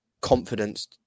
confidence